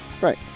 Right